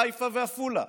חיפה ועפולה.